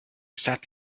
sat